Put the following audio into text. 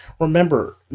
Remember